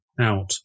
out